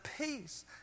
peace